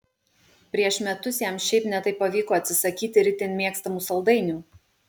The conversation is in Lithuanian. prieš metus jam šiaip ne taip pavyko atsisakyti ir itin mėgstamų saldainių